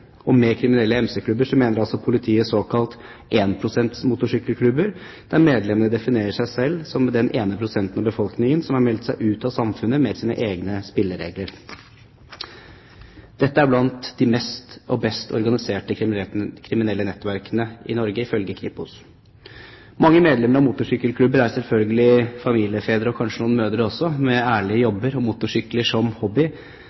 Norge. Med kriminelle MC-klubber mener politiet såkalte én-prosent-motorsykkelklubber, der medlemmene definerer seg selv som den ene prosenten av befolkningen som har meldt seg ut av samfunnet, med sine egne spilleregler. Dette er blant de mest og best organiserte kriminelle nettverkene i Norge, ifølge Kripos. Mange medlemmer av motorsykkelklubber er selvfølgelig familiefedre – og kanskje noen mødre også – med ærlige jobber og motorsykler som hobby.